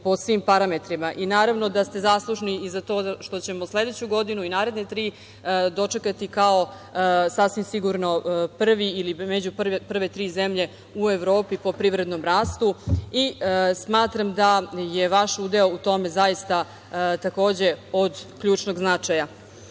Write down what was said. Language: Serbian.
po svim parametrima. Naravno da ste zaslužni i za to što ćemo sledeću godinu i naredne tri dočekati kao sasvim sigurno prvi ili među prve tri zemlje u Evropi po privrednom rastu. Smatram da je vaš udeo u tome zaista takođe od ključnog značaja.Međutim,